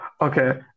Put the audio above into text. Okay